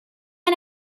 are